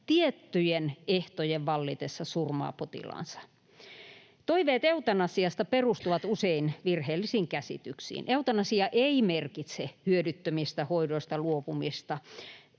tiettyjen ehtojen vallitessa surmaa potilaansa. Toiveet eutanasiasta perustuvat usein virheellisiin käsityksiin. Eutanasia ei merkitse hyödyttömistä hoidoista luopumista.